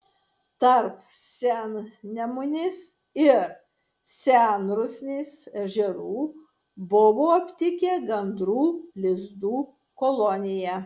tarp sennemunės ir senrusnės ežerų buvo aptikę gandrų lizdų koloniją